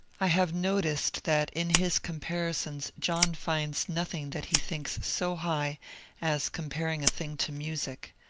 i have noticed that in his comparisons john finds nothing that he thinks so high as comparing a thing to music.